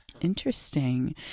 interesting